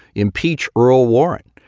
impeach earl warren.